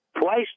twice